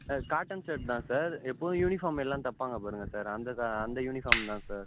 sir cotton shirt தான் sir எப்போதும் uniform எல்லாம் தைப்பாங்க பாருங்கள் சார் அந்த க அந்த யூனிஃபார்ம் தான் சார்